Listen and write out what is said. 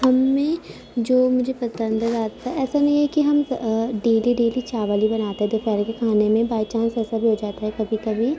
ہمیں جو مجھے پسند ہے رات کا ایسا نہیں ہے کہ ہم ڈیلی ڈیلی چاول ہی بناتے ہیں دوپہر کے کھانے میں بائی چانس ایسا بھی ہو جاتا ہے کبھی کبھی